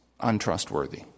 untrustworthy